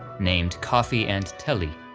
named coffee and telly.